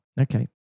Okay